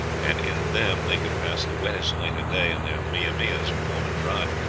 and in them they could pass the wettest night or day in their mia-mias, warm and dry.